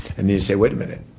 and then you say, wait a minute.